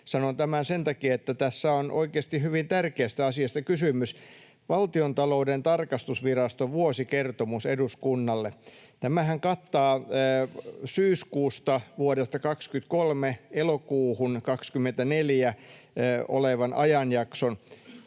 Sanon tämän sen takia, että tässä on oikeasti hyvin tärkeästä asiasta kysymys: Valtiontalouden tarkastusviraston vuosikertomus eduskunnalle. Tämähän kattaa syyskuusta vuodesta 23 elokuuhun 24 olevan ajanjakson.